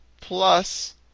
plus